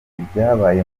ibyabaye